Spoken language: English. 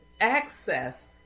access